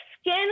skin